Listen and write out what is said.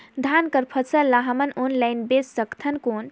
धान कर फसल ल हमन ऑनलाइन बेच सकथन कौन?